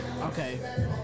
Okay